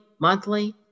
monthly